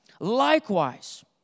Likewise